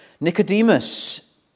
Nicodemus